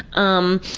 um,